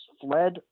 fled